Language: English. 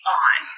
on